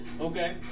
Okay